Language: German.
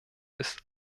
ist